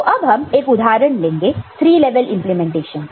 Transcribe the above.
तो अब हम एक उदाहरण लेंगे 3 लेवल इंप्लीमेंटेशन का